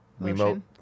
remote